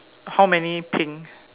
how many pink